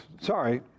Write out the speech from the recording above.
Sorry